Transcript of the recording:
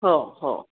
हो हो